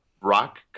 rock